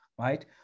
right